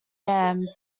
yams